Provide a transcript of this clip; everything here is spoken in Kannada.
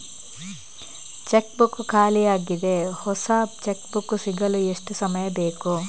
ಚೆಕ್ ಬುಕ್ ಖಾಲಿ ಯಾಗಿದೆ, ಹೊಸ ಚೆಕ್ ಬುಕ್ ಸಿಗಲು ಎಷ್ಟು ಸಮಯ ಬೇಕು?